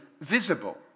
visible